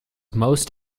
most